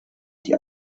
die